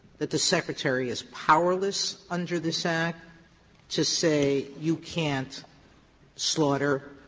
that the secretary is powerless under this act to say you can't slaughter